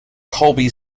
colby